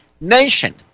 nation